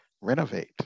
renovate